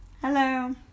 Hello